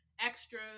extra